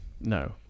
No